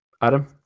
Adam